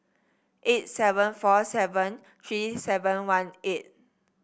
eight seven four seven three seven one eight